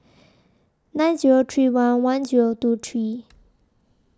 nine Zero three one one Zero two three